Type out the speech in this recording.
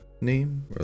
name